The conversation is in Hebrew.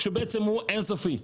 שבעצם הוא אין סופי.